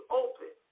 open